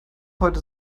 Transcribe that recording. heute